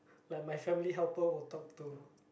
like my family helper will talk to